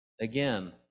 again